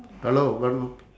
hello vadnu